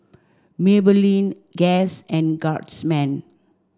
Maybelline Guess and Guardsman